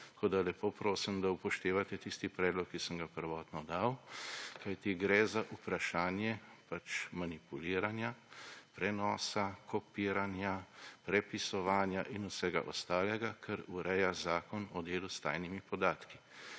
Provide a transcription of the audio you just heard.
Tako da lepo prosim, da upoštevate tisti predlog, ki sem ga prvotno dal. Kajti gre za vprašanje manipuliranja, prenosa, kopiranja, prepisovanja in vsega ostalega, kar ureja Zakon o delu s tajnimi podatki.